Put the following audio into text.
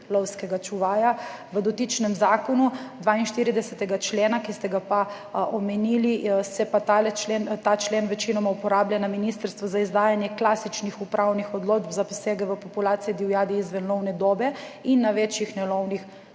V dotičnem zakonu, 42. člena, ki ste ga pa omenili, se pa ta člen večinoma uporablja na ministrstvu za izdajanje klasičnih upravnih odločb za posege v populacijo divjadi izven lovne dobe in na večjih nelovnih